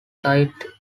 sided